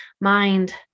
mind